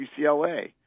UCLA